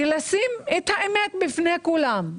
ולשים את האמת בפני כולם.